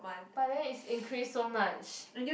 but then it's increased so much